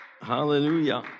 Hallelujah